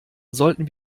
sollten